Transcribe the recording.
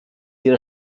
ihre